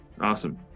Awesome